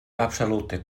absolute